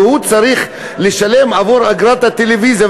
והוא צריך לשלם עבור אגרת הטלוויזיה,